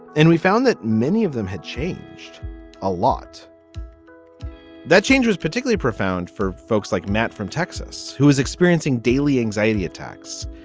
and we found that many of them had changed a lot that change was particularly profound for folks like matt from texas, who is experiencing daily anxiety attacks,